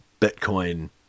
Bitcoin